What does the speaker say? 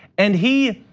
and he,